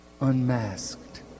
unmasked